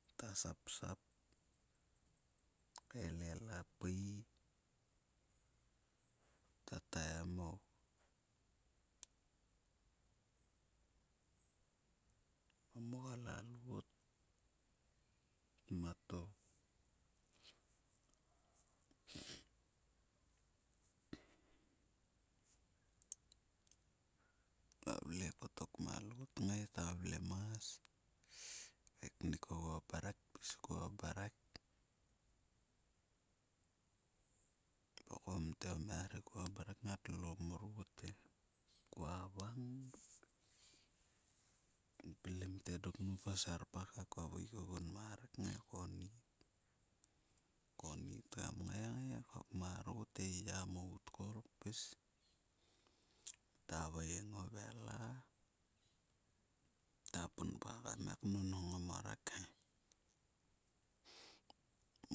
Ngota sapsap kaelel a pui momgol a loot mat o valve ko ma loot kngai ta vlemas, eknikoguo mrek pis kuo rmek. Vokom te moia ri kuo mrek ngatlo rot e kua vang. Kua pilim te dok nop o serpak e kua veik ogun ma rek ngai konnit. Konnit kam ngai ngai kaesmarot e yiya mou tkoul pis. Ta veing o vela ta punpa kam ngai ka nho o mrek he.